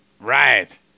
Right